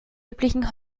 üblichen